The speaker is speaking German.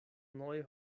neu